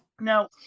Now